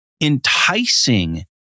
enticing